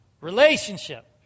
Relationship